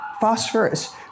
phosphorus